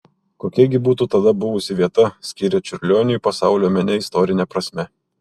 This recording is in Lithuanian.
kokia gi būtų tada buvusi vieta skiria čiurlioniui pasaulio mene istorine prasme